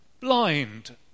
blind